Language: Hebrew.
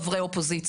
אחד חבר ואחד משקיף.